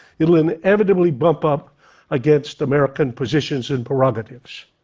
it will inevitably bump up against american positions and prerogatives.